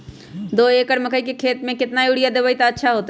दो एकड़ मकई के खेती म केतना यूरिया देब त अच्छा होतई?